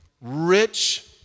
rich